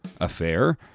affair